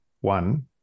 one